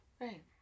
Right